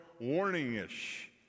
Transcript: warning-ish